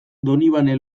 donibane